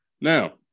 Now